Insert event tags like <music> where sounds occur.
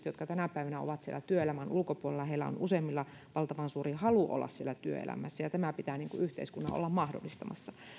<unintelligible> jotka tänä päivänä ovat työelämän ulkopuolella on useimmilla valtavan suuri halu olla työelämässä ja tämä pitää yhteiskunnan olla mahdollistamassa